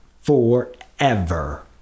forever